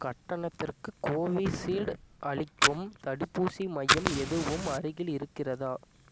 கட்டணத்திற்கு கோவிஷீல்டு அளிக்கும் தடுப்பூசி மையம் எதுவும் அருகில் இருக்கிறதா